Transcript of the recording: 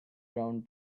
round